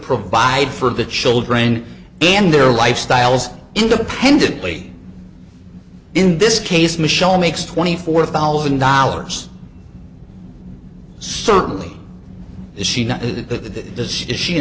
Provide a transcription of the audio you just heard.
provide for the children and their lifestyles independently in this case michelle makes twenty four thousand dollars certainly does she